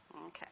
Okay